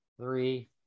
three